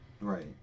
right